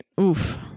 Oof